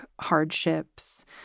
hardships